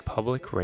Public